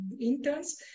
interns